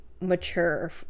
mature